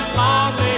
lonely